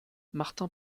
martin